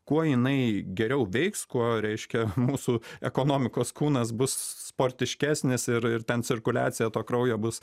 kuo jinai geriau veiks kuo reiškia mūsų ekonomikos kūnas bus sportiškesnis ir ir ten cirkuliacija to kraujo bus